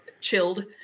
chilled